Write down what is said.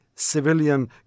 civilian